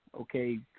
okay